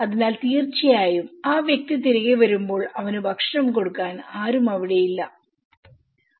അതിനാൽ തീർച്ചയായും ആ വ്യക്തി തിരികെ വരുമ്പോൾ അവനു ഭക്ഷണം കൊടുക്കാൻആരും അവിടെ ഉണ്ടാവില്ല